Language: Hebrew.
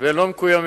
והם לא מקוימים.